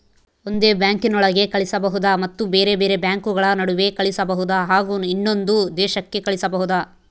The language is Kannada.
ಒಂದೇ ಬ್ಯಾಂಕಿನೊಳಗೆ ಕಳಿಸಬಹುದಾ ಮತ್ತು ಬೇರೆ ಬೇರೆ ಬ್ಯಾಂಕುಗಳ ನಡುವೆ ಕಳಿಸಬಹುದಾ ಹಾಗೂ ಇನ್ನೊಂದು ದೇಶಕ್ಕೆ ಕಳಿಸಬಹುದಾ?